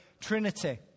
Trinity